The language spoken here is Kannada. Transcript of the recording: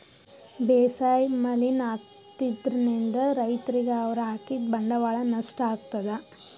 ಬೇಸಾಯ್ ಮಲಿನ್ ಆಗ್ತದ್ರಿನ್ದ್ ರೈತರಿಗ್ ಅವ್ರ್ ಹಾಕಿದ್ ಬಂಡವಾಳ್ ನಷ್ಟ್ ಆಗ್ತದಾ